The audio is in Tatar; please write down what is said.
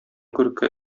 күрке